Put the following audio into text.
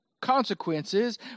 consequences